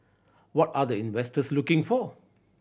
what are the investors looking for